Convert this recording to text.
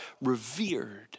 revered